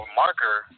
marker